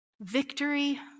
victory